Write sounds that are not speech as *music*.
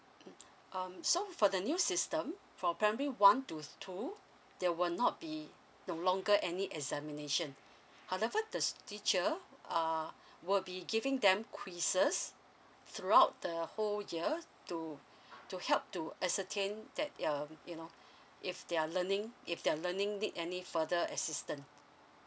mm um so for the new system for primary one to two there will not be no longer any examination however the teacher err will be giving them quizzes throughout the whole year to *breath* to help to ascertain that um you know *breath* if they're learning if they're learning need any further assistance